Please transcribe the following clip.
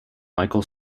michael